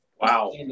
Wow